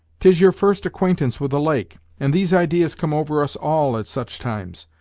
tis your first acquaintance with a lake and these ideas come over us all at such times.